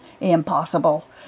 Impossible